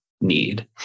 need